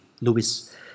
Lewis